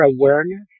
awareness